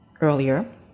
earlier